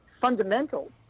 fundamental